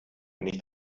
nicht